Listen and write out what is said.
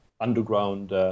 underground